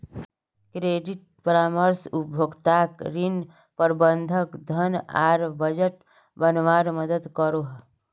credit परामर्श उपभोक्ताक ऋण, प्रबंधन, धन आर बजट बनवात मदद करोह